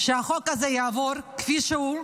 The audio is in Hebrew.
שהחוק הזה יעבור כפי שהוא,